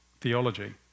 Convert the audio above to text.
theology